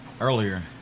earlier